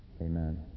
Amen